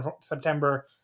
september